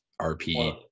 RP